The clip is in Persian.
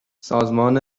سازمان